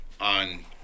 on